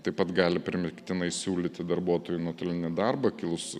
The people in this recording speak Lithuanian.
taip pat gali primygtinai siūlyti darbuotojų nuotolinį darbą kilus